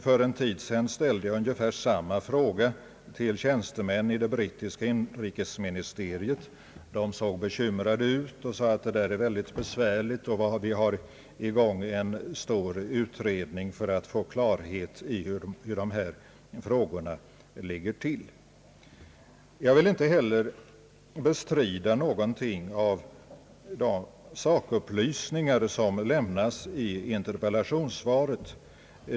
För en tid sedan ställde jag ungefär samma fråga till tjänstemän i det brittiska inrikesministeriet. De såg bekymrade ut och svarade att förhållandena var besvärliga samt att en stor utredning var i gång för att ge klarhet i hur dessa frågor ligger till. Jag vill inte heller bestrida någonting av de sakupplysningar som lämnas i interpellationssvaret.